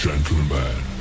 Gentlemen